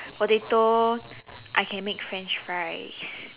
potato I can make French fries